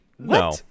no